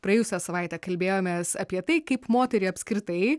praėjusią savaitę kalbėjomės apie tai kaip moterį apskritai